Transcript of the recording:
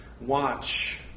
watch